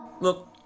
Look